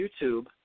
YouTube